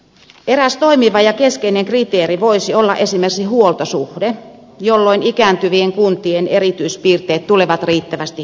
eräs toimiva ja keskeinen kriteeri voisi olla esimerkiksi huoltosuhde jolloin ikääntyvien kuntien erityispiirteet tulevat riittävästi huomioiduiksi